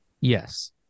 Yes